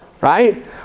right